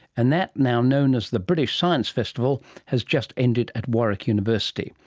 and that, now known as the british science festival, has just ended at warwick university,